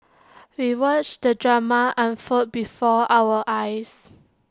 we watched the drama unfold before our eyes